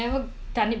mm